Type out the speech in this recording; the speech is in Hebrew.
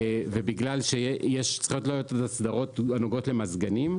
ובגלל שצריכות להיות לו אסדרות הנוגעות למזגנים,